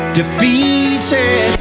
defeated